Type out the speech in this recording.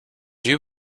you